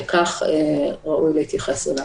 וכך ראוי להתייחס אליו.